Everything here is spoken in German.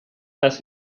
des